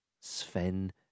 Sven